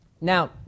Now